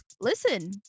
listen